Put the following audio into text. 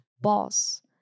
boss